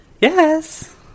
Yes